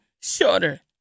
shorter